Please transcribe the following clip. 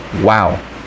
Wow